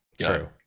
true